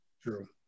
True